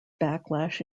backlash